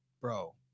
Bro